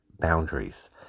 boundaries